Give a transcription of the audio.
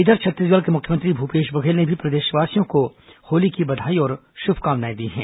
इधर छत्तीसगढ़ के मुख्यमंत्री भूपेश बघेल ने भी प्रदेशवासियों को होली की बधाई और शुभकामनाएं दी हैं